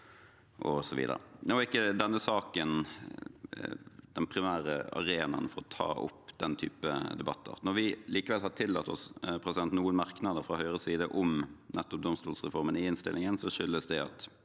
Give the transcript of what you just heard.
Nå er ikke denne saken den primære arenaen for å ta opp den type debatter. Når vi likevel har tillatt oss noen merknader fra Høyres side om nettopp domstolreformen i innstillingen, skyldes det at